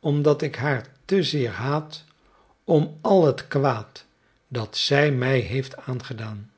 omdat ik haar te zeer haat om al het kwaad dat zij mij heeft aangedaan